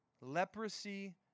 leprosy